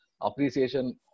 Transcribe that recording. appreciation